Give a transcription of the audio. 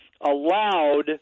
allowed